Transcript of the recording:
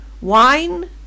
Wine